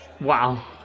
Wow